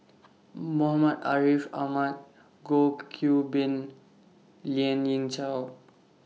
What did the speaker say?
Muhammad Ariff Ahmad Goh Qiu Bin Lien Ying Chow